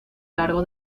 largo